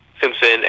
Simpson